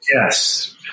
yes